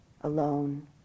alone